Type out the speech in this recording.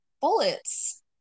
bullets